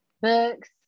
books